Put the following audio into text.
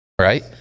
Right